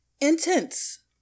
intense